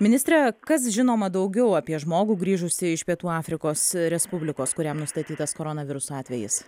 ministre kas žinoma daugiau apie žmogų grįžusį iš pietų afrikos respublikos kuriam nustatytas koronaviruso atvejis